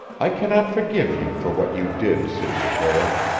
i cannot forgive you for what you did, sidney prale.